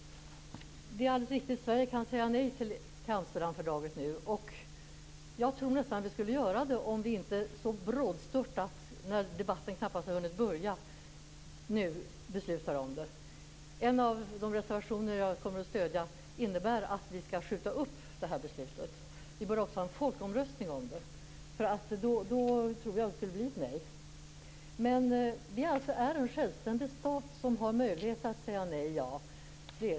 Det är alldeles riktigt att Sverige nu kan säga nej till Amsterdamfördraget. Jag tror nästan att vi skulle göra det om vi inte hade beslutat om det så brådstörtat, när debatten knappt har hunnit börja. En av de reservationer jag kommer att stödja innebär att vi skall skjuta upp det här beslutet. Vi bör också ha en folkomröstning om det. Då tror jag att det skulle bli ett nej. Men vi är alltså en självständig stat som har möjlighet att säga nej. Så är det.